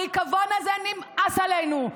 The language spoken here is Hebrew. הריקבון הזה נמאס עלינו.